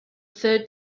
third